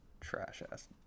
Trash-ass